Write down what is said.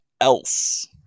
else